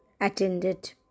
attended